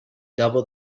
double